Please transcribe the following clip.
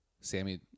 Sammy